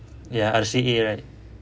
ya R_C_A